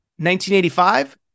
1985